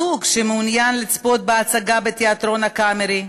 זוג שמעוניין לצפות בהצגה בתיאטרון "הקאמרי"